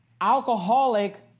alcoholic